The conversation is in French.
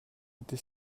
était